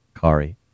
Kari